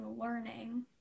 learning